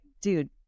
dude